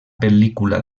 pel·lícula